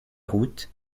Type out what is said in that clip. route